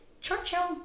Churchill